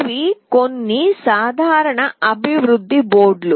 ఇవి కొన్ని సాధారణ అభివృద్ధి బోర్డులు